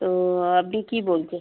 তো আপনি কী বলছে